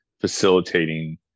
facilitating